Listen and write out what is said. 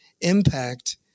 impact